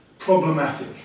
Problematic